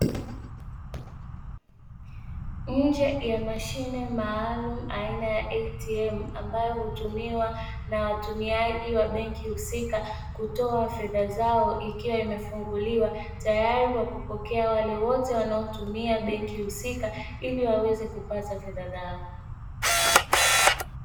Nje ya mashine maalumu aina ya atm ambayo hutumiwa na watumiaji wa benki husika kutoa fedha zao, ikiwa imegunguliwa tayari kwa kupokea wale wote wanaotoa benki husika ili waweze kupata fedha zao.